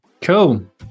Cool